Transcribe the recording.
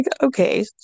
okay